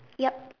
yup